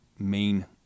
main